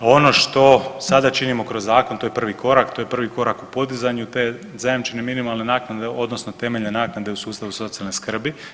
Ono što sada činimo kroz zakon to je prvi korak, to je prvi korak u podizanju te zajamčene minimalne naknade odnosno temeljne naknade u sustavu socijalne skrbi.